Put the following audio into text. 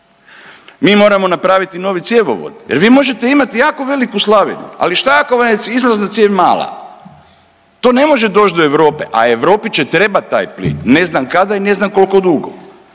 Mi moramo napraviti novi cjevovod, jer vi možete imati jako veliku slavinu, ali šta ako vam je izlazna cijev mala? To ne može doći do Europe, a Europi će trebati taj plin ne znam kada i ne znam koliko dugo